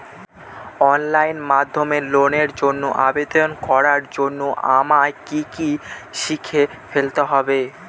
Online মাধ্যমে লোনের জন্য আবেদন করার জন্য আমায় কি কি শিখে ফেলতে হবে?